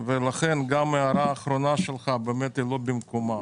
אבל ההערה האחרונה שלך לא הייתה במקומה.